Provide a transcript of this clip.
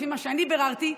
לפי מה שאני ביררתי,